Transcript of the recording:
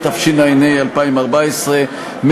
התשע"ה 2014,